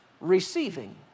receiving